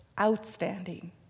outstanding